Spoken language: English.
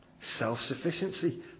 Self-sufficiency